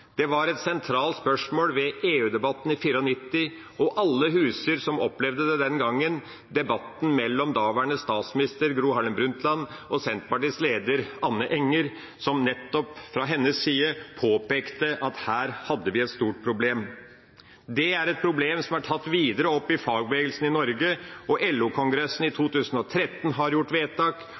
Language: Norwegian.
spørsmål ved EU-debatten i 1994, og alle som opplevde det den gangen, husker debatten mellom daværende statsminister Gro Harlem Brundtland og Senterpartiets leder Anne Enger Lahnstein, som påpekte at vi her hadde et stort problem. Det er et problem som er tatt videre opp i fagbevegelsen i Norge. LO-kongressen i 2013 gjorde vedtak, og LO-kongressen i 2017 gjorde vedtak. Den siste LO-kongressen har også vedtak